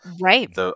Right